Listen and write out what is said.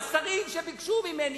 השרים שביקשו ממני,